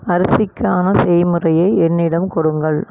அரிசிக்கான செய்முறையை என்னிடம் கொடுங்கள்